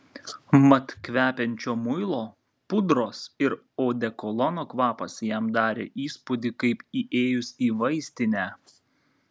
mat kvepiančio muilo pudros ir odekolono kvapas jam darė įspūdį kaip įėjus į vaistinę